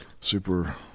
super